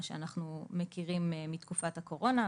מה שאנחנו מכירים מתקופת הקורונה,